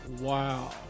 Wow